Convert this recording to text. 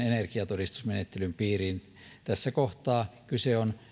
energiatodistusmenettelyn piiriin tässä kohtaa kyse on